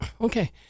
Okay